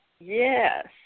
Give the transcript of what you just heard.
Yes